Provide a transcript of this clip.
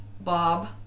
Bob